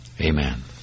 amen